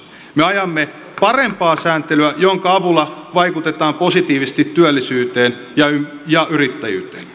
me ajamme parempaa sääntelyä jonka avulla vaikutetaan positiivisesti työllisyyteen ja yrittäjyyteen